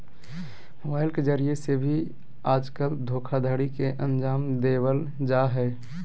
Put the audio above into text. mobile के जरिये से भी आजकल धोखाधडी के अन्जाम देवल जा हय